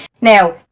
Now